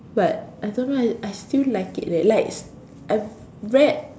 but I don't know eh I still like it like I read